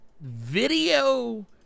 video